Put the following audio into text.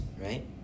right